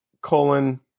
colon